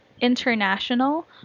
international